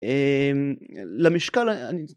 למשקל...